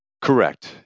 Correct